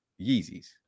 Yeezys